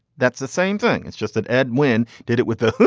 that's the same thing. it's just that edwin did it with the,